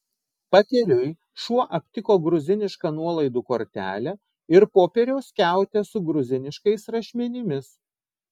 pakeliui šuo aptiko gruzinišką nuolaidų kortelę ir popieriaus skiautę su gruziniškais rašmenimis